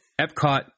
Epcot